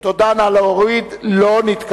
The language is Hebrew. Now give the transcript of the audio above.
גדעון עזרא ונחמן שי לסעיף 1 לא נתקבלה.